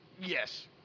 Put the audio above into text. Yes